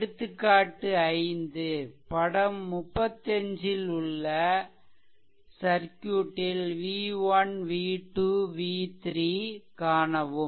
எடுத்துக்காட்டு 5 படம் 35ல் உள்ள சர்க்யூட்டில் v1 v2 மற்றும் v3 காணவும்